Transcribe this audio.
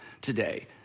today